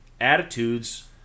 attitudes